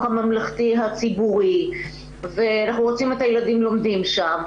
הממלכתי הציבורי ואנחנו רוצים את הילדים לומדים שם.